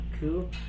Cool